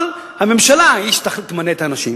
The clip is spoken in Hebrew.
אבל הממשלה היא שתמנה את האנשים.